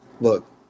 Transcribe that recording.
Look